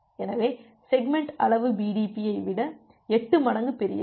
எனவே செக்மெண்ட் அளவு பிடிபி ஐ விட எட்டு மடங்கு பெரியது